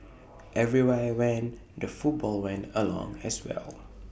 everywhere I went the football went along as well